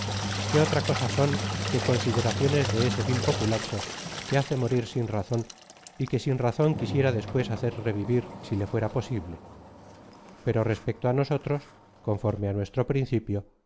qué otra cosa son que consideraciones de ese vil populacho que hace morir sin razón y que sin razón quisiera después hacer revivir si le fuera posible pero respecto á nosotros conforme á nuestro principio